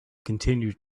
continued